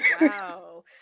Wow